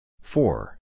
Four